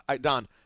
Don